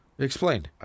Explain